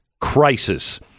crisis